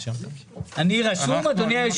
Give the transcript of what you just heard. כל כך